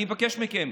אני מבקש מכם,